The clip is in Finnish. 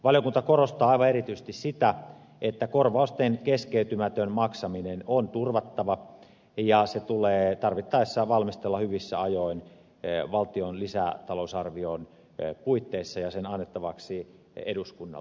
valiokunta korostaa aivan erityisesti sitä että korvausten keskeytymätön maksaminen on turvattava ja se tulee tarvittaessa valmistella hyvissä ajoin valtion lisätalousarvion puitteissa annettavaksi eduskunnalle